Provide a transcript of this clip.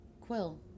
Quill